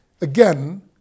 Again